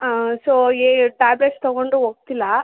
ಹಾಂ so a tablets ತಗೊಂಡೂ ಹೋಗ್ತಿಲ್ಲ